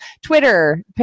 Twitter